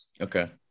Okay